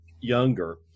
younger